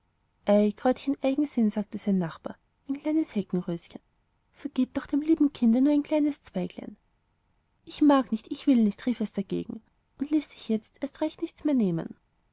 ei kräutchen eigensinn sagte seine nachbarin ein kleines heckenröschen so gib doch dem lieben kinde nur ein kleines zweiglein ich mag nicht ich will nicht rief es dagegen und ließ sich jetzt erst recht nichts nehmen